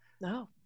No